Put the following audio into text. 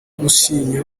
gusinya